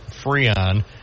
Freon